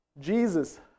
Jesus